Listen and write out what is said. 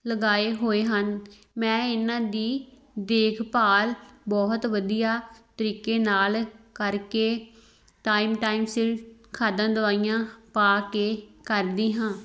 ਲਗਾਏ ਹੋਏ ਹਨ ਮੈਂ ਇਹਨਾਂ ਦੀ ਦੇਖਭਾਲ ਬਹੁਤ ਵਧੀਆ ਤਰੀਕੇ ਨਾਲ ਕਰਕੇ ਟਾਈਮ ਟਾਈਮ ਸਿਰ ਖਾਦਾਂ ਦਵਾਈਆਂ ਪਾ ਕੇ ਕਰਦੀ ਹਾਂ